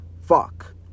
fuck